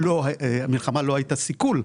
המלחמה לא הייתה סיכול,